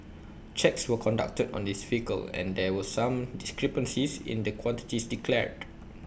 checks were conducted on his vehicle and there were some discrepancies in the quantities declared